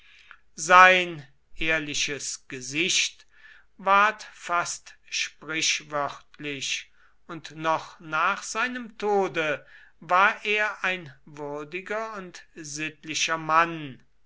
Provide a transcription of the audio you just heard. sein ehrliches gesicht ward fast sprichwörtlich und noch nach seinem tode war er ein würdiger und sittlicher mann